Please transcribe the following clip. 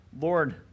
Lord